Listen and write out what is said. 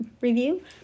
review